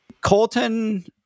Colton